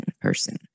person